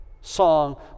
song